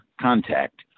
contact